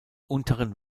unteren